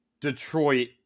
Detroit